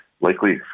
likely